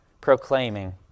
proclaiming